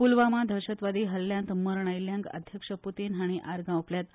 पुलवामा आतंकवादी हल्ल्यांत मरण आयिल्ल्यांक अध्यक्ष पुतीन हांणी आर्गां ओपल्यात